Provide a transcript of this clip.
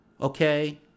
okay